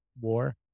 war